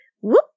whoop